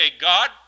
God